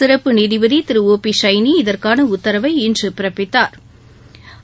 சிறப்பு நீதிபதி திரு ஓ பி சைனி இதற்கான உத்தரவை இன்று பிறப்பித்தாா்